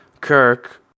Kirk